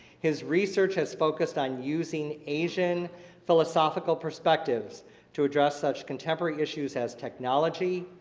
his research has focused on using asian philosophical perspectives to address such contemporary issues as technology,